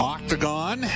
Octagon